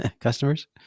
customers